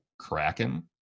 Kraken